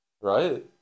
Right